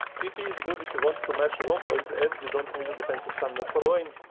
tp is good if you want to match roam plays and you dont need a defensive summoner for lane.